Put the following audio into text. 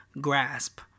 grasp